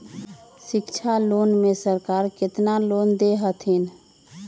शिक्षा लोन में सरकार केतना लोन दे हथिन?